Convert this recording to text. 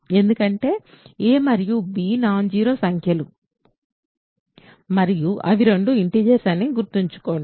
ఎందుకంటే a మరియు b non zero సంఖ్యలు మరియు అవి రెండూ ఇంటిజర్స్ అని గుర్తుంచుకోండి